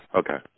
okay